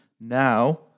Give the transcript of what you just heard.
now